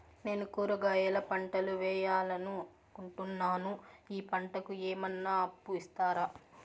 నేను కూరగాయల పంటలు వేయాలనుకుంటున్నాను, ఈ పంటలకు ఏమన్నా అప్పు ఇస్తారా?